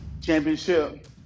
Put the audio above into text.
championship